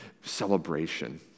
celebration